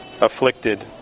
afflicted